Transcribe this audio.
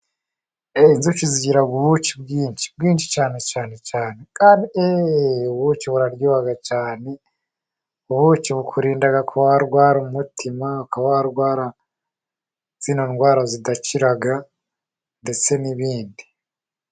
Inzuki zigira ubuki bwinshi, bwinshi cyane cyane cyane. Kandi eee! Ubuki buraryoha cyane. Ubuki bukurinda kuba warwara umutima, ukaba warwara zino ndwara zidakira ndetse n'izindi.